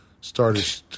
started